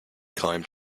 climbed